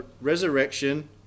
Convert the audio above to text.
resurrection